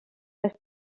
les